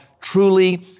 truly